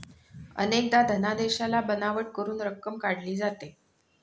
अनेकदा धनादेशाला बनावट करून रक्कम काढली जाते